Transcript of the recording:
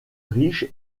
riche